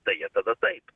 tai jie tada taip